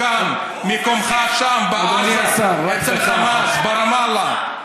מקומכם לא איתנו.